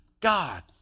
God